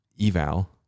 eval